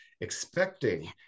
expecting